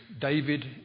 David